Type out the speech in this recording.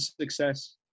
success